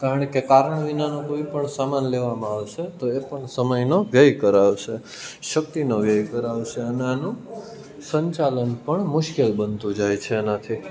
કારણ કે કારણ વિનાનો કોઈ પણ સામાન લેવામાં આવશે તો એ પણ સમયનો વ્યય કરાવશે શક્તિનો વ્યય કરાવશે અને એનું સંચાલન પણ મુશ્કેલ બનતું જાય છે એનાથી